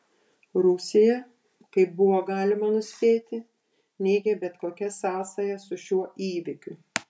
rusija kaip buvo galima nuspėti neigė bet kokias sąsajas su šiuo įvykiu